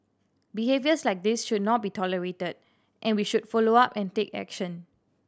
behaviours like this should not be tolerated and we should follow up and take action